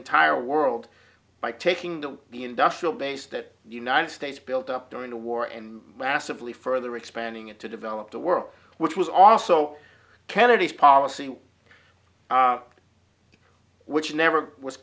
entire world by taking the the industrial base that the united states built up during the war and massively further expanding it to develop the world which was also kennedy's policy which never was